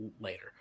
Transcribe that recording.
later